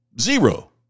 Zero